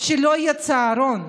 ולא יהיה צהרון?